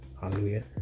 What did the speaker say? Hallelujah